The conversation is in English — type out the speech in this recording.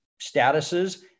statuses